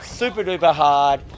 super-duper-hard